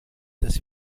dass